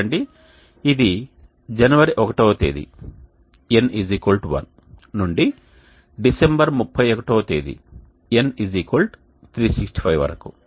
చూడండి ఇది జనవరి 1వ తేదీ N 1 నుండి డిసెంబర్ 31వ తేదీ N 365 వరకు